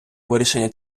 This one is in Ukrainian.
вирішення